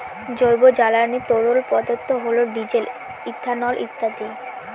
জৈব জ্বালানি তরল পদার্থ হল ডিজেল, ইথানল ইত্যাদি